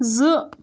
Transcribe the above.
زٕ